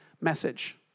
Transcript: message